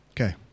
Okay